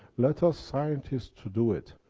let us scientists do it.